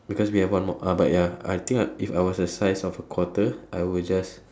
because we have one more ah but ya I think if I was a size of a quarter I would just